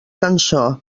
cançó